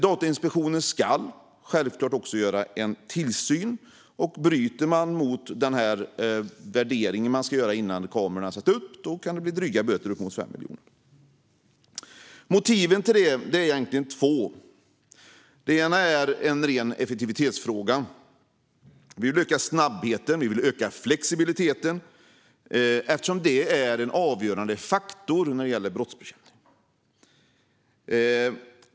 Datainspektionen ska självklart också bedriva tillsyn, och bryter någon mot den värdering som ska göras innan kamerorna sätts upp kan det bli dryga böter - uppemot 5 miljoner. Det finns egentligen två motiv till detta förslag, och det ena är en ren effektivitetsfråga. Vi vill öka snabbheten och flexibiliteten, eftersom det är en avgörande faktor när det gäller brottsbekämpning.